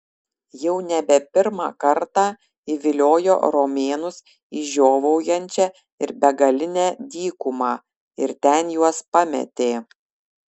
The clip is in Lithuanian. jau nebe pirmą kartą įviliojo romėnus į žiovaujančią ir begalinę dykumą ir ten juos pametė